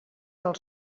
del